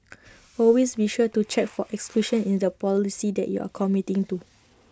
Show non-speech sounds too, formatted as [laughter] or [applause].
[noise] always be sure to check for exclusions in the policy that you are committing to